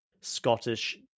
Scottish